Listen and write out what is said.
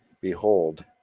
Behold